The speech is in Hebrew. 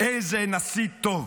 -- איזה נשיא טוב.